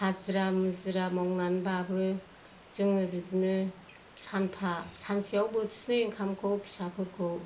हाजिरा मुजिरा मावनानैबाबो जोङो बिदिनो सानफा सानसेयाव बोथिनै ओंखामखौ फिसाफोरखौ